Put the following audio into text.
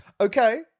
Okay